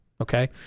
Okay